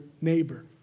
neighbor